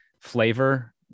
flavor